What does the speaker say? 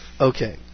Okay